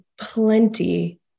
plenty